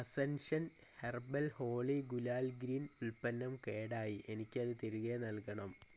ascension herbal Holi gulal green ഉൽപ്പന്നം കേടായി എനിക്കത് തിരികെ നൽകണം